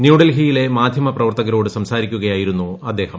ന്യൂഡൽഗിയിലെ മാധ്യമ പ്രവർത്തകരോട് സംസാരിക്കുകയായിരുന്നു അദ്ദേഹം